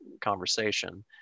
conversation